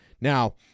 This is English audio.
Now